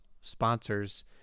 sponsors